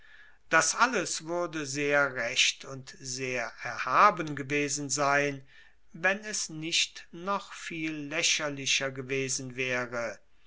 das alles wuerde sehr recht und sehr erhaben gewesen sein wenn es nicht noch viel laecherlicher gewesen waere